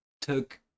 took